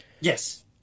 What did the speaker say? Yes